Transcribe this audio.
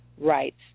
rights